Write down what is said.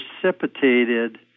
precipitated